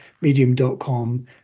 medium.com